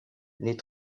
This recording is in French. les